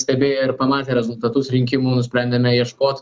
stebėję ir pamatę rezultatus rinkimų nusprendėme ieškot